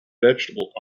vegetable